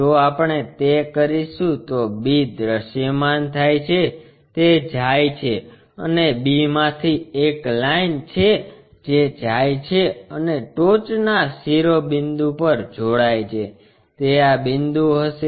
જો આપણે તે કરીશું તો b દ્રશ્યમાન થાય છે તે જાય છે અને b માંથી એક લાઇન છે જે જાય છે અને ટોચના શિરો બિંદુ પર જોડાય છે તે આ બિંદુ હશે